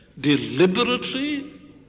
deliberately